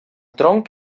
tronc